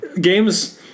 Games